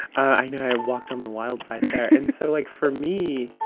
i know. i walked on the wild side there. and so, like, for me,